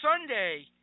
Sunday